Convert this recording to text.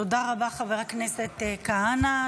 תודה רבה, חבר הכנסת כהנא.